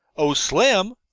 oh, slim!